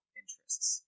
interests